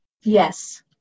Yes